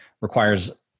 requires